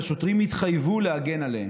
שהשוטרים התחייבו להגן עליהם.